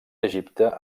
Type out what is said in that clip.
egipte